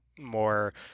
more